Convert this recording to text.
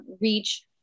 reach